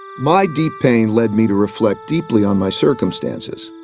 my deep pain led me to reflect deeply on my circumstances.